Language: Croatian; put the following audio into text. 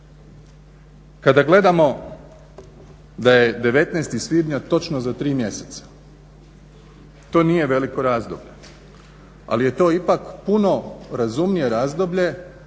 Kada gledamo da je 19. svibnja točno za 3 mjeseca, to nije veliko razdoblje, ali je to ipak puno razumnije razdoblje